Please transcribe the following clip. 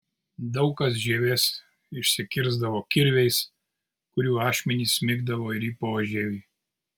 daug kas žievės išsikirsdavo kirviais kurių ašmenys smigdavo ir į požievį